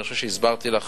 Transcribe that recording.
ואני חושב שהסברתי לך,